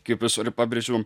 kaip visur ir pabrėžiu